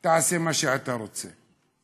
תעשה מה שאתה רוצה.